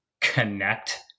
connect